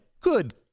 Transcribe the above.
good